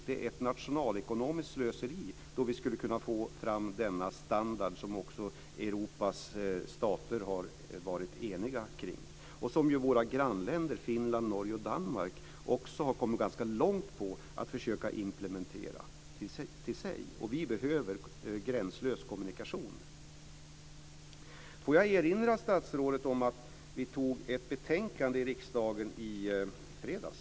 Det är ett nationalekonomiskt slöseri då vi skulle kunna få fram denna standard som Europas stater har varit eniga omkring och som våra grannländer - Finland, Norge och Danmark - också har kommit ganska långt med att försöka implementera. Och vi behöver gränslös kommunikation. Får jag erinra statsrådet om att vi antog ett betänkande i riksdagen i fredags.